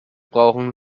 brauchen